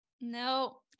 no